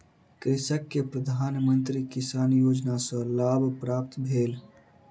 कृषक के प्रधान मंत्री किसान योजना सॅ लाभ प्राप्त भेल